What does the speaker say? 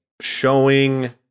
showing